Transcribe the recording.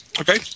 Okay